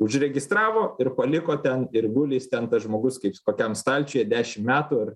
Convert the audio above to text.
užregistravo ir paliko ten ir guli jis ten tas žmogus kaip kokiam stalčiuje dešim metų ar